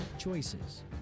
choices